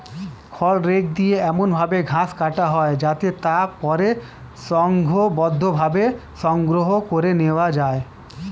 খড় রেক দিয়ে এমন ভাবে ঘাস কাটা হয় যাতে তা পরে সংঘবদ্ধভাবে সংগ্রহ করে নেওয়া যায়